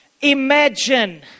imagine